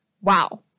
Wow